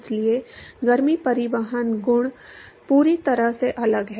इसलिए गर्मी परिवहन गुण पूरी तरह से अलग हैं